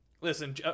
Listen